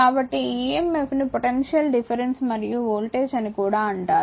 కాబట్టి ఈ emf ను పొటెన్షియల్ డిఫరెన్స్ మరియు వోల్టేజ్ అని కూడా అంటారు